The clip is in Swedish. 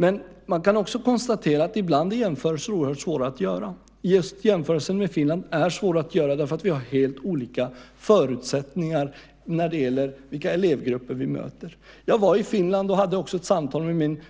Men man kan också konstatera att ibland är jämförelser oerhört svåra att göra. Just jämförelsen med Finland är svår att göra, eftersom vi har helt olika förutsättningar när det gäller vilka elevgrupper vi möter. Jag var i Finland och hade också ett samtal med min